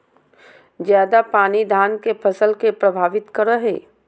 ज्यादा पानी धान के फसल के परभावित करो है?